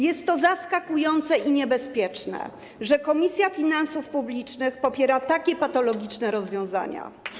Jest to zaskakujące i niebezpieczne, że Komisja Finansów Publicznych popiera takie patologiczne rozwiązania.